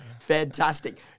Fantastic